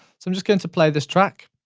so i'm just going to play this track,